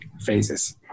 phases